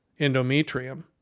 endometrium